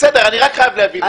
בסדר, אני רק חייב להבין את זה.